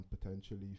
potentially